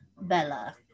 Bella